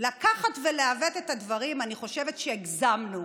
לקחת ולעוות את הדברים, אני חושבת שהגזמנו.